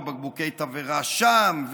ובקבוקי תבערה שם,